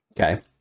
Okay